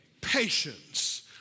Patience